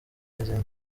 n’izindi